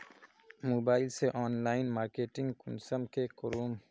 Mobile से online marketing कुंसम के करूम?